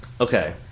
Okay